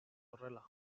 horrela